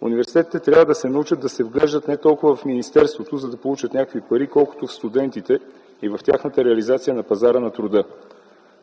Университетите трябва да се научат да се вглеждат не толкова в министерството, за да получат някакви пари, колкото в студентите и тяхната реализация на пазара на труда.